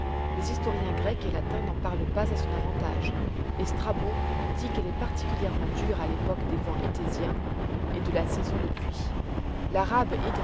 les historiens grecs et latins n'en parlent pas à son avantage et strabon dit qu'elle est particulièrement dure à l'époque des vents etésiens et de la saison des pluies l'arabe